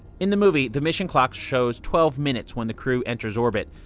in the movie, the mission clock shows twelve minutes when the crew enters orbit.